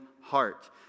heart